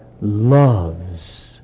loves